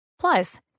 Plus